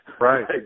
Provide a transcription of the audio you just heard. Right